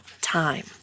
time